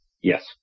Yes